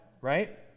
Right